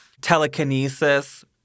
telekinesis